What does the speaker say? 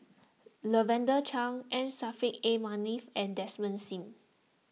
Lavender Chang M Saffri A Manaf and Desmond Sim